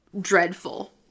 dreadful